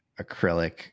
acrylic